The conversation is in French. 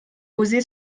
osé